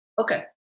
Okay